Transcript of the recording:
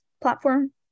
platform